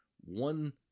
one